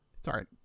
Sorry